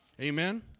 Amen